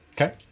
Okay